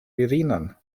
virinon